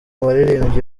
baririmbyi